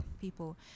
people